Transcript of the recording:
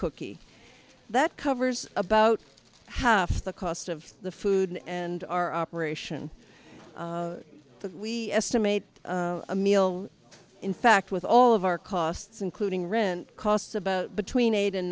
cookie that covers about half the cost of the food and our operation that we estimate a meal in fact with all of our costs including rent costs about between eight and